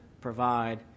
provide